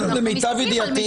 למיטב ידיעתי,